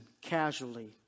casually